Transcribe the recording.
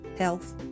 health